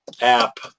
app